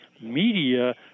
media